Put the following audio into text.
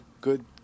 good